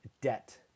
debt